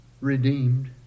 redeemed